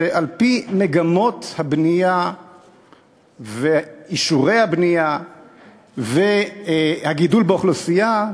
שעל-פי מגמות הבנייה ואישורי הבנייה והגידול באוכלוסייה,